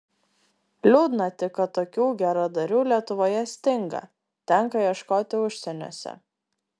liūdna tik kad tokių geradarių lietuvoje stinga tenka ieškoti užsieniuose